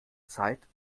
zeit